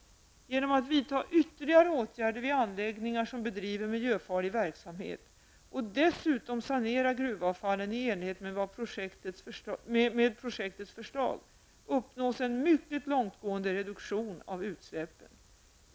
Genom att vidta ytterligare åtgärder vid anläggningar som bedriver miljöfarlig verksamhet och dessutom sanera gruvavfallen i enlighet med projektets förslag uppnås en mycket långtgående reduktion av utsläppen.